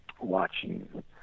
watching